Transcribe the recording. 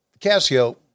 Casio